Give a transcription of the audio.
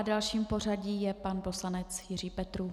Dalším v pořadí je pan poslanec Jiří Petrů.